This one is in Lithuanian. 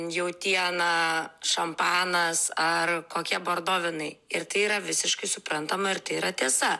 jautiena šampanas ar kokie bordo vynai ir tai yra visiškai suprantama ir tai yra tiesa